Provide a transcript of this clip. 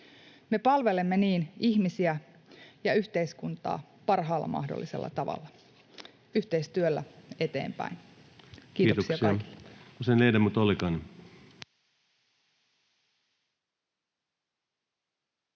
me palvelemme ihmisiä ja yhteiskuntaa parhaalla mahdollisella tavalla. Yhteistyöllä eteenpäin! — Kiitoksia kaikille.